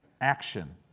action